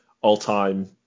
all-time